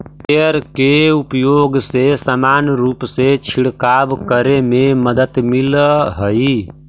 sprayer के उपयोग से समान रूप से छिडकाव करे में मदद मिलऽ हई